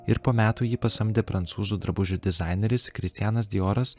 ir po metų jį pasamdė prancūzų drabužių dizaineris kristianas dijoras